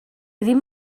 ddim